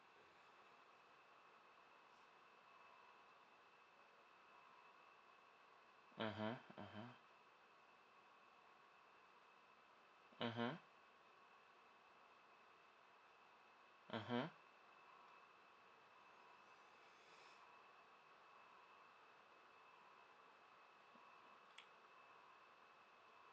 mmhmm mmhmm mmhmm mmhmm